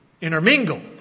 intermingle